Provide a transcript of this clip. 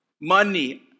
Money